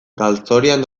galzorian